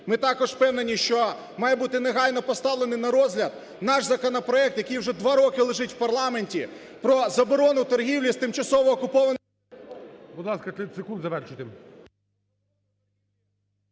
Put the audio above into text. Ми також впевнені, що має бути негайно поставлений на розгляд наш законопроект, який вже два роки лежить в парламенті, про заборону торгівлі з тимчасово окупованими…